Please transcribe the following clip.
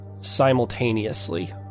simultaneously